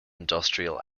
industrial